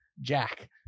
jack